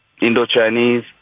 Indo-Chinese